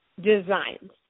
designs